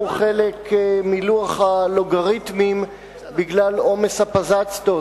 חלק מלוח הלוגריתמים בגלל עומס הפזצט"אות,